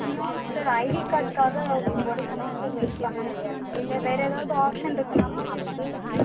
no no sir ID கார்ட்க்காக ஒரு semester wait பண்ண முடியாது இல்லை வேறு ஏதாவது ஆப்ஷன் இருக்குனாலும் நான் பண்ணுறேன்